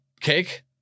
Cake